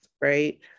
right